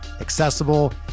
accessible